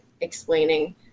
explaining